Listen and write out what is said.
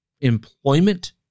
employment